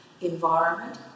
environment